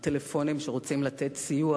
הטלפונים שרוצים לתת סיוע,